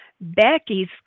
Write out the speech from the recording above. Becky's